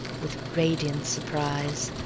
with radiant surprise.